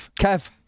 Kev